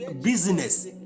business